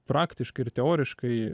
praktiškai ir teoriškai